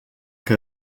que